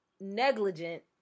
negligent